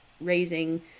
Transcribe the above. raising